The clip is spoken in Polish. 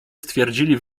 stwierdzili